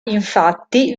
infatti